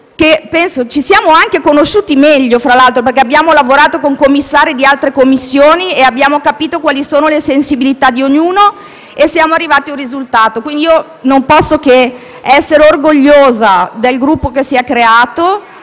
ci siamo anche conosciuti meglio, anche, perché abbiamo lavorato con i membri di altre Commissioni e abbiamo capito quali sono le sensibilità di ognuno e siamo arrivati ad un risultato. Non posso, quindi, che essere orgogliosa del gruppo che si è creato